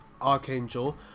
Archangel